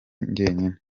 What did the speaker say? njyenyine